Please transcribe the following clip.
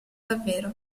davvero